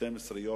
12 יום.